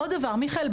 עוד דבר מיכאל,